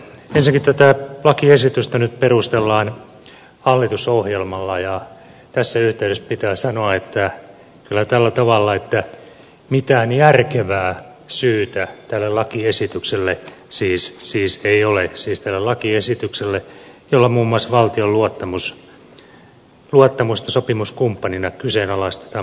ensinnäkin tätä lakiesitystä nyt perustellaan hallitusohjelmalla ja tässä yhteydessä pitää sanoa kyllä tällä tavalla että mitään järkevää syytä tälle lakiesitykselle siis ei ole siis tälle lakiesitykselle jolla muun muassa valtion luottamusta sopimuskumppanina kyseenalaistetaan merkittävällä tavalla